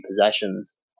possessions